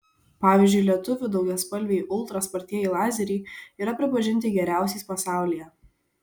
pavyzdžiui lietuvių daugiaspalviai ultra spartieji lazeriai yra pripažinti geriausiais pasaulyje